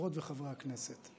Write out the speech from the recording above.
חברות וחברי הכנסת,